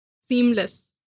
seamless